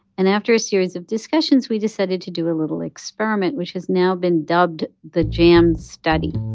and after a series of discussions, we decided to do a little experiment, which has now been dubbed the jam study